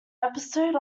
episode